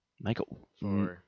Michael